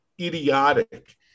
idiotic